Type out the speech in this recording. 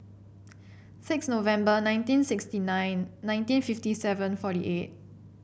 six November nineteen sixty nine nineteen fifty seven forty eight